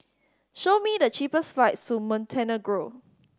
show me the cheapest flights to Montenegro